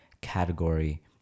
category